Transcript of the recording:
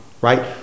Right